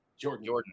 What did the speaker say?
Jordan